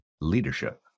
Leadership